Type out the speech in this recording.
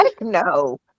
No